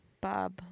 Bob